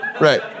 Right